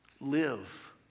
live